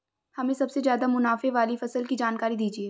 हमें सबसे ज़्यादा मुनाफे वाली फसल की जानकारी दीजिए